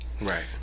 Right